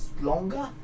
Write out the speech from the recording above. longer